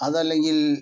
അതല്ലെങ്കിൽ